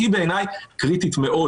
היא בעיניי קריטית מאוד,